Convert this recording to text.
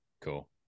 cool